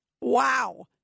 Wow